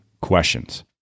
questions